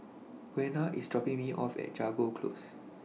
Buena IS dropping Me off At Jago Close